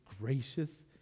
gracious